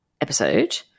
episode